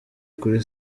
kuri